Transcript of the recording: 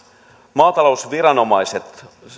maatalousviranomaisissa